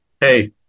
hey